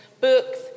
books